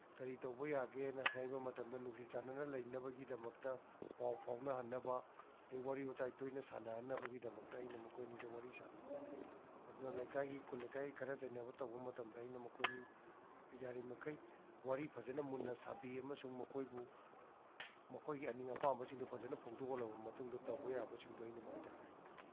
ꯀꯔꯤ ꯇꯧꯕ ꯌꯥꯒꯦꯅ ꯍꯥꯏꯕ ꯃꯇꯝꯗ ꯅꯨꯡꯁꯤ ꯆꯥꯅꯅꯕ ꯂꯩꯅꯕꯒꯤꯗꯃꯛꯇ ꯄꯥꯎ ꯐꯥꯎꯅꯍꯟꯅꯕ ꯑꯗꯩ ꯋꯥꯔꯤ ꯋꯇꯥꯏ ꯇꯣꯏꯅ ꯁꯥꯟꯅꯍꯟꯅꯕꯒꯤꯗꯃꯛꯇ ꯑꯩꯅ ꯃꯈꯣꯏ ꯑꯅꯤꯗ ꯋꯥꯔꯤ ꯁꯥꯕꯤ ꯑꯗꯨꯅ ꯂꯩꯀꯥꯏꯒꯤ ꯈꯨꯟ ꯂꯩꯀꯥꯏꯒꯤ ꯈꯠꯅ ꯆꯩꯅꯕ ꯇꯧꯕ ꯃꯇꯝꯗ ꯑꯩꯅ ꯃꯈꯣꯏ ꯑꯅꯤ ꯌꯥꯔꯤꯃꯈꯩ ꯋꯥꯔꯤ ꯐꯖꯅ ꯃꯨꯟꯅ ꯁꯥꯕꯤ ꯑꯃꯁꯨꯡ ꯃꯈꯣꯏꯕꯨ ꯃꯈꯣꯏꯒꯤ ꯑꯅꯤꯡ ꯑꯄꯥꯝꯕꯁꯤꯡꯗꯨ ꯐꯖꯅ ꯐꯣꯡꯗꯣꯛꯍꯜꯂꯕ ꯃꯇꯨꯡꯗ ꯇꯧꯕ ꯌꯥꯕꯁꯤꯡꯗꯣ ꯑꯩꯅ ꯃꯣꯏꯗ ꯍꯥꯏ